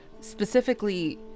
specifically